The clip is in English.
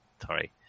Sorry